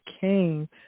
came